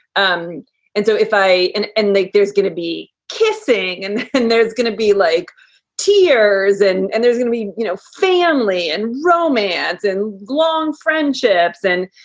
um and so if i and and like there's going to be kissing and then there's going to be like tears and and there's going to be, you know, family and romance and long friendships and,